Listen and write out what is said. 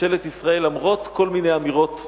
ממשלת ישראל, למרות כל מיני אמירות,